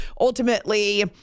Ultimately